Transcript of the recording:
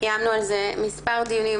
קיימנו על זה מספר דיונים,